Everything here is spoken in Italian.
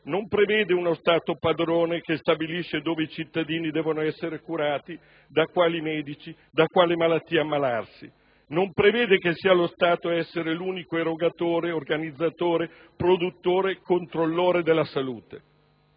non prevede uno Stato padrone che stabilisce dove i cittadini devono essere curati, da quali medici e di quali malattie devono ammalarsi; esso non prevede che lo Stato sia l'unico erogatore, organizzatore, produttore e controllore della salute.